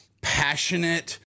passionate